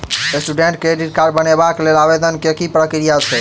Student credit card बनेबाक लेल आवेदन केँ की प्रक्रिया छै?